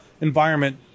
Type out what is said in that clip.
environment